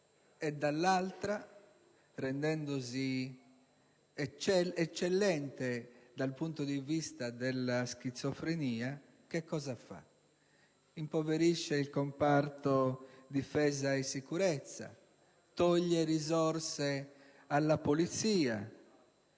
dall'altra, rendendosi eccellente dal punto di vista della schizofrenia, impoverisce il comparto difesa e sicurezza, toglie risorse alla polizia,